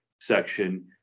section